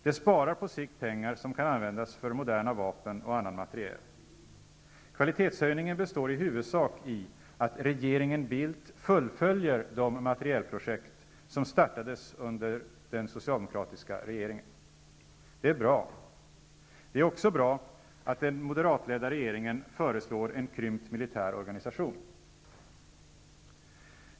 Det sparar på sikt pengar som kan användas för moderna vapen och annan materiel. Kvalitetshöjningen består i huvudsak i att regeringen Bildt fullföljer de materielprojekt som startades under den socialdemokratiska regeringen. Det är bra. Det är också bra att den moderatledda regeringen föreslår en krympt militär organisation.